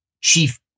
chief